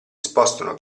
spostano